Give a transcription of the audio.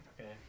Okay